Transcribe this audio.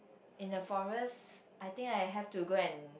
in the forest I think I have to go and